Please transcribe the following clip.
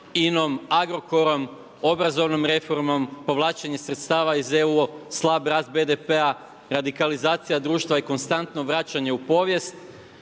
INA-om, Agrokorom, obrazovnom reformom, povlačenjem sredstava iz EU, slab rast BDP-a, radikalizacija društva i konstantno vraćanje u povijest,